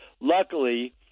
luckily